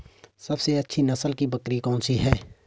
सबसे अच्छी नस्ल की बकरी कौन सी है?